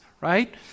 right